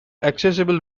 accessible